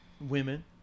women